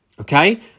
Okay